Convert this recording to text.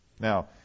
Now